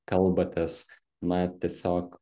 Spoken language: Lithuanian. kalbatės na tiesiog